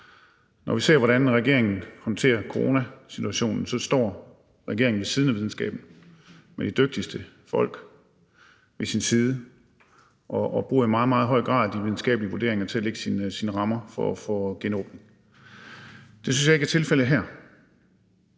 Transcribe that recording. Når vi ser, hvordan regeringen håndterer coronasituationen, så står regeringen ved siden af videnskaben med de dygtigste folk ved sin side, og den bruger i meget, meget høj grad de videnskabelige vurderinger til at lægge sine rammer for genåbningen. Det synes jeg ikke er tilfældet her,